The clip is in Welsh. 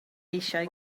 eisiau